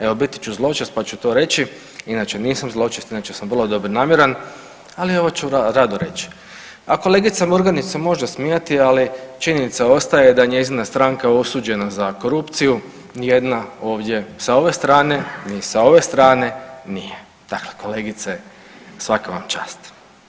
Evo biti ću zločast pa ću to reći, inače nisam zločast, inače sam vrlo dobronamjeran, ali ovo ću rado reći, a kolegica Murgnić se može smijati, ali činjenica ostaje da je njezina stranka osuđena za korupciju, nijedna ovdje sa ove strane ni sa ove strane nije, dakle kolegice svaka vam čast.